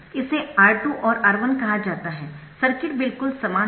इसे R2 और R1 कहा जाता है सर्किट बिल्कुल समान है